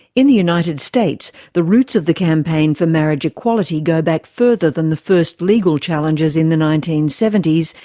in the united states the roots of the campaign for marriage equality go back further than the first legal challenges in the nineteen seventy s,